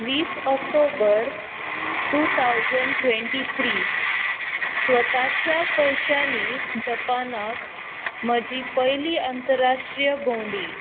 वीस October two thousand twenty three स्वताच्या पयशानी जपानाक म्हजी पयली अंतराष्ट्रीय भोंवडी